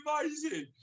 amazing